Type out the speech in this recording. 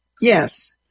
Yes